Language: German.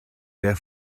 der